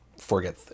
forget